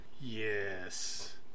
Yes